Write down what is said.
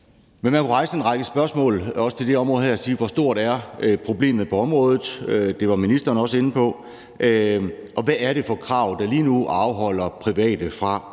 Men man kunne rejse en række spørgsmål, også til det område her, og spørge: Hvor stort er problemet på området? Det var ministeren også inde på. Og: Hvad er det for krav, der lige nu afholder private fra